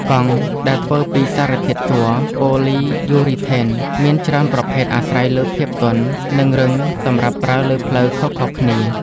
កង់ ដែលធ្វើពីសារធាតុជ័រ ប៉ូលីយូរីថេន មានច្រើនប្រភេទអាស្រ័យលើភាពទន់ ឬរឹងសម្រាប់ប្រើលើផ្លូវខុសៗគ្នា។